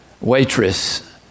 waitress